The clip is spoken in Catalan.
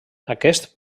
aquest